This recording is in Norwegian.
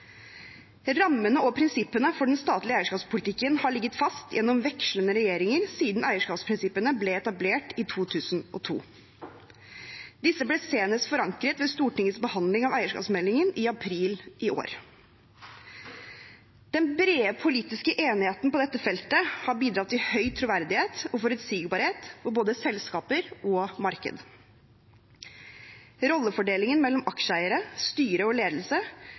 Rammene og prinsippene for den statlige eierskapspolitikken har ligget fast gjennom vekslende regjeringer siden eierskapsprinsippene ble etablert i 2002. Disse ble forankret senest ved Stortingets behandling av eierskapsmeldingen i april i år. Den brede politiske enigheten på dette feltet har bidratt til høy troverdighet og forutsigbarhet for både selskaper og marked. Rollefordelingen mellom aksjeeiere, styre og ledelse